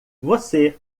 você